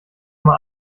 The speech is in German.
mal